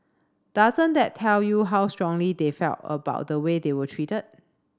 doesn't that tell you how strongly they felt about the way they were treated